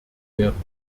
werden